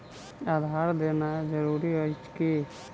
आधार देनाय जरूरी अछि की?